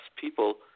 people